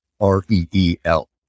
R-E-E-L